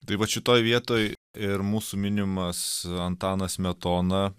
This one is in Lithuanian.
tai vat šitoj vietoj ir mūsų minimas antanas smetona